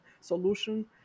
solution